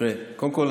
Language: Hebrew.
קודם כול,